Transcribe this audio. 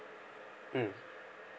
mm